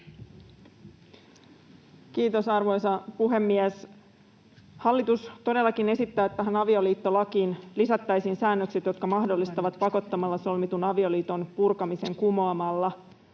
Kiitos, arvoisa puhemies! Hallitus todellakin esittää, että avioliittolakiin lisättäisiin säännökset, jotka mahdollistavat pakottamalla solmitun avioliiton purkamisen kumoamalla,